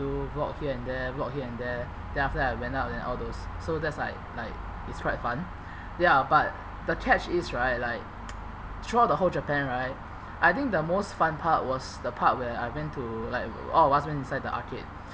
vlog here and there vlog here and there then after that I went out then all those so that's like like it's quite fun ya but the catch is right like throughout the whole japan right I think the most fun part was the part when I went to like all of us went inside the arcade